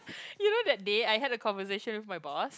you know that day I had the conversation with my boss